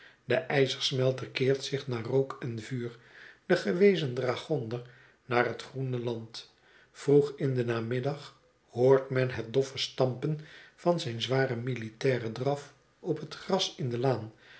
de ijzersmelter keert zich naar rook en vuur de gewezen dragonder naar het groene land vroeg in den namiddag hoort men het doffe stampen van zijn zwaren militairen draf op het gras in de laan